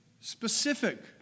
specific